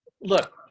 look